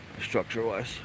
Structure-wise